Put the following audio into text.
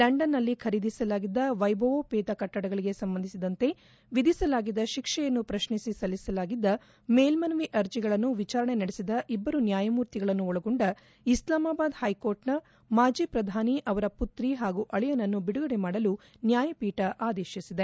ಲಂಡನ್ನಲ್ಲಿ ಖರೀದಿಸಲಾಗಿದ್ದ ವೈಭವೋಪೇತ ಕಟ್ಟಡಗಳಿಗೆ ಸಂಬಂಧಿಸಿದಂತೆ ವಿಧಿಸಲಾಗಿದ್ದ ಶಿಕ್ಷೆಯನ್ನು ಪ್ರಶ್ನಿಸಿ ಸಲ್ಲಿಸಲಾಗಿದ್ದ ಮೇಲ್ನವಿ ಅರ್ಜಿಗಳನ್ನು ವಿಚಾರಣೆ ನಡೆಸಿದ ಇಭ್ಗರು ನ್ನಾಯಮೂರ್ತಿಗಳನ್ನು ಒಳಗೊಂಡ ಇಸ್ಲಾಮಬಾದ್ ಹ್ಲೆಕೋರ್ಟ್ ಮಾಜಿ ಪ್ರಧಾನಿ ಅವರ ಪುತ್ರಿ ಹಾಗೂ ಅಳಿಯನನ್ನು ಬಿಡುಗಡೆ ಮಾಡಲು ನ್ಯಾಯಪೀಠ ಆದೇಶಿಸಿದೆ